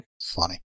Funny